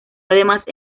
además